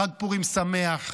חג פורים שמח.